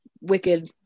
wicked